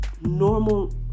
normal